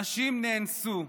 הנשים נאנסו,